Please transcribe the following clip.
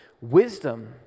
wisdom